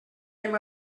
hem